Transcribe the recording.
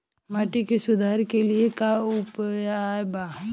माटी के सुधार के लिए का उपाय बा?